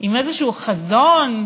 עם איזשהו חזון,